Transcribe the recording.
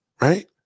right